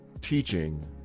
teaching